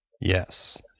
yes